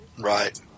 Right